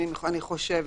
אני חושבת.